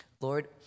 Lord